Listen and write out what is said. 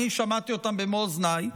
אני שמעתי אותם במו אוזניי,